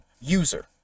user